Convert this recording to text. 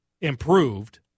improved